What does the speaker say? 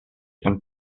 and